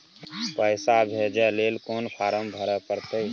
पैसा भेजय लेल कोन फारम के भरय परतै?